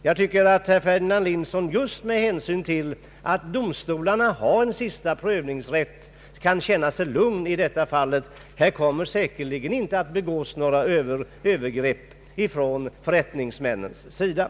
Jag tycker att herr Ferdinand Nilsson med hänsyn till att domstolarna har en sista prövningsrätt kan känna sig lugn. Förrättningsmännen kommer säkerligen inte att begå några övergrepp härvidlag.